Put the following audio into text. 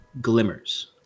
glimmers